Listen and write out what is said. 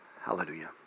Hallelujah